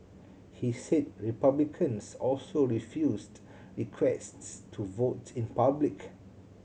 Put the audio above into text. he said Republicans also refused requests to vote in public